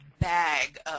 bag